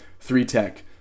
three-tech